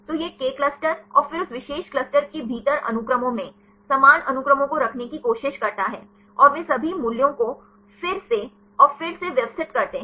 तो यह K cluster और फिर उस विशेष क्लस्टर के भीतर अनुक्रमों में समान अनुक्रमों को रखने की कोशिश करता है और वे सभी मूल्यों को फिर से और फिर से व्यवस्थित करते हैं